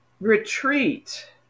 retreat